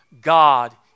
God